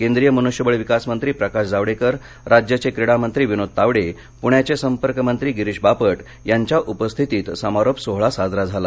केंद्रीय मनुष्यबळविकासमंत्री प्रकाश जावडेकर राज्याचे क्रीडामंत्री विनोद तावडे पृण्याचे संपर्कमंत्री गिरिश बापट यांच्या उपस्थितीत समारोप सोहळा साजरा झाला